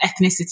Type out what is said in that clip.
ethnicity